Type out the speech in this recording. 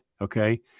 Okay